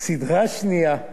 סדרה שנייה,